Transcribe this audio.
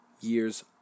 years